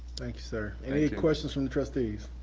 thank so any questions from the trustees?